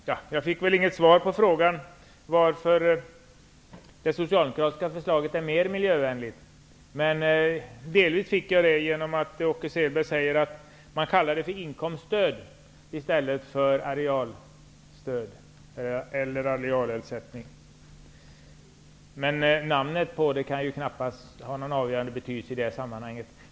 Herr talman! Jag fick inget riktigt svar på frågan om varför det socialdemokratiska förslaget är mer miljövänligt. Jag fick delvis ett svar genom att Åke Selberg säger att man kallar ersättningen för inkomststöd i stället för arealbidrag eller arealersättning. Men namnet på det kan ju knappast ha någon avgörande betydelse i sammanhanget.